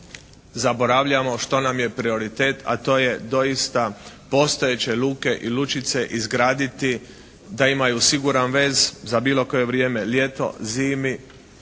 zaboravljamo što nam je prioritet, a to je doista postojeće luke i lučice izgraditi da imaju siguran vez za bilo koje vrijeme, ljeto, zimi,